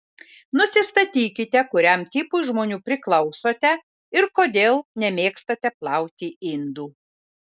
nusistatykite kuriam tipui žmonių priklausote ir kodėl nemėgstate plauti indų